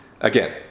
Again